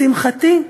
לשמחתי,